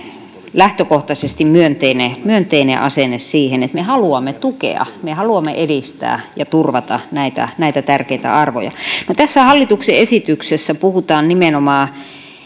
lähtökohtaisesti myönteinen myönteinen asenne siihen että me haluamme tukea me haluamme edistää ja turvata näitä näitä tärkeitä arvoja tässä hallituksen esityksessä puhutaan nimenomaan